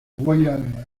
royal